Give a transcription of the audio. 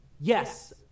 Yes